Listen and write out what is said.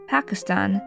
Pakistan